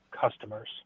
customers